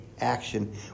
action